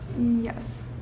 Yes